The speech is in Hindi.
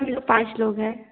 आमलोग पाँच लोग है